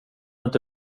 inte